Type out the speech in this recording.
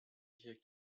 hier